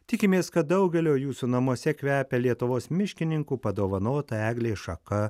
tikimės kad daugelio jūsų namuose kvepia lietuvos miškininkų padovanota eglės šaka